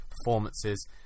performances